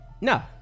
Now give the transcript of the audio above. No